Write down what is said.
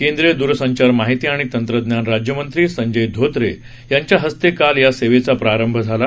केंद्रीय द्रसंचार माहिती आणि तंत्रज्ञान राज्यमंत्री संजय धोत्रे यांच्या हस्ते काल या सेवेचा प्रारंभ झाला